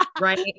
right